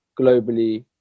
globally